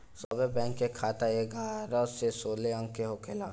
सभे बैंक के खाता एगारह से सोलह अंक के होला